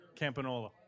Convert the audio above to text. Campanola